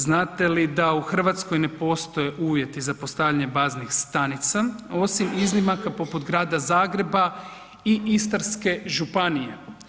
Znate li da u Hrvatskoj ne postoje uvjeti za postavljanje baznih stanica, osim iznimaka poput grada Zagreba i Istarske županije?